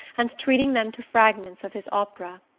and treating them to fragments of his opera.